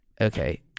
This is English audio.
Okay